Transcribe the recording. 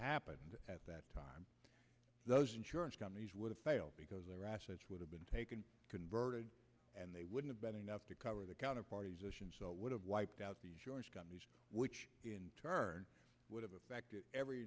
happened at that time those insurance companies would have failed because their assets would have been taken converted and they would have been enough to cover the counterparty would have wiped out the short which in turn would have affected every